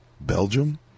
Belgium